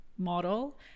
model